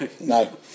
No